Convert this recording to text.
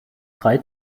drei